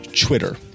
Twitter